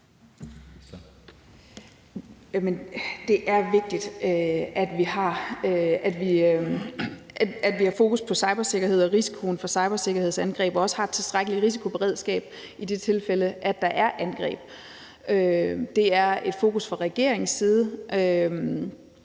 det er vigtigt, at vi har fokus på cybersikkerhed og på risikoen for cyberangreb, og at vi også har et tilstrækkeligt risikoberedskab, i det tilfælde at der er angreb. Det er et fokus fra regeingens side.